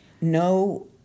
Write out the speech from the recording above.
no